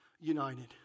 united